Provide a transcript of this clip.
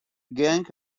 gang